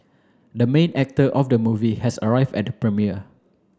the main actor of the movie has arrived at the premiere